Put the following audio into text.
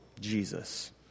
Jesus